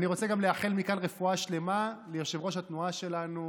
אני רוצה גם לאחל מכאן רפואה שלמה ליושב-ראש התנועה שלנו,